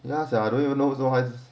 那些 I don't even know so high